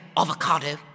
avocado